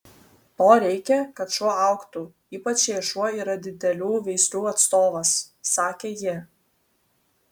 to reikia kad šuo augtų ypač jei šuo yra didelių veislių atstovas sakė ji